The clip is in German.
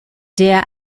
der